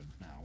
now